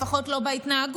לפחות לא בהתנהגות,